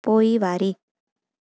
पोइवारी